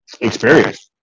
Experience